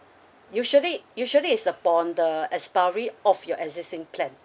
usually usually is upon the expiry of your existing plan